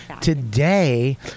Today